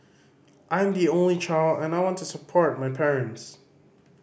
I am the only child and I want to support my parents